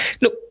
look